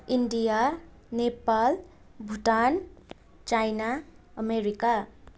India Nepal Bhutan China America